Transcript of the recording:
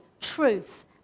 truth